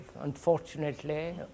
unfortunately